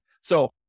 So-